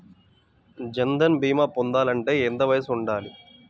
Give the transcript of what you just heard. జన్ధన్ భీమా పొందాలి అంటే ఎంత వయసు ఉండాలి?